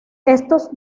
estos